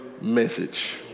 message